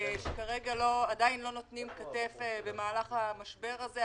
שכרגע עדיין לא נותנים כתף במהלך המשבר הזה.